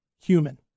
human